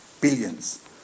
Billions